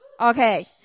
Okay